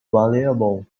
valuable